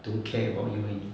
don't care about you already